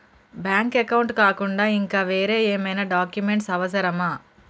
Bank account కాకుండా ఇంకా వేరే ఏమైనా డాక్యుమెంట్స్ అవసరమా?